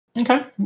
Okay